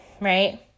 right